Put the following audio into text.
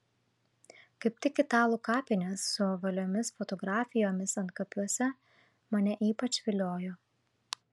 kaip tik italų kapinės su ovaliomis fotografijomis antkapiuose mane ypač viliojo